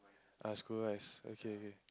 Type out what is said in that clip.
err school wise okay okay